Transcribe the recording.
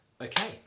Okay